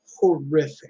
horrific